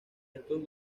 estos